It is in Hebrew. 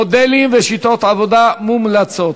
מודלים ושיטות עבודה מומלצות.